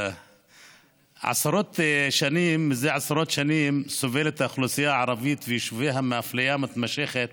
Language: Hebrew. זה עשרות שנים סובלים האוכלוסייה הערבית ויישוביה מאפליה מתמשכת